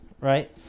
right